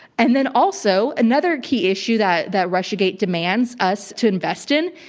and then also, another key issue that that russiagate demands us to invest in,